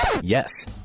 Yes